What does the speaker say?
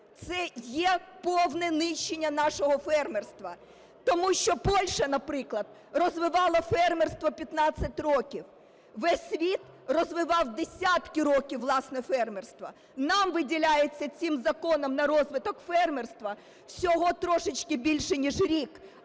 це є повне нищення нашого фермерства. Тому що Польща, наприклад, розвивала фермерство 15 років. Весь світ розвивав десятки років власне фермерство. Нам виділяється цим законом на розвиток фермерства всього трошечки більше ніж рік.